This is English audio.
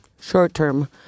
short-term